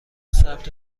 ثبت